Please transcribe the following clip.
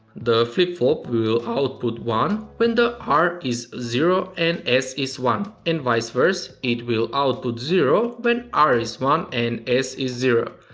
the flip-flop will output one when the r is zero and s is one and vice versa, it will output zero when r is one and s is zero.